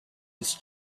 its